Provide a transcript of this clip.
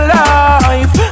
life